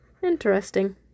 interesting